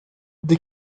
dès